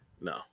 No